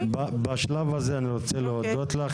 בשלב הזה אני רוצה להודות לך.